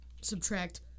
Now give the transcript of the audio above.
subtract